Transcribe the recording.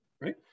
right